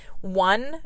One